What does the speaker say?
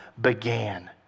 began